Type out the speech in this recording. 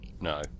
no